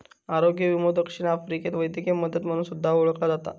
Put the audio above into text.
आरोग्य विमो दक्षिण आफ्रिकेत वैद्यकीय मदत म्हणून सुद्धा ओळखला जाता